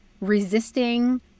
resisting